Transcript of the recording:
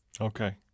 Okay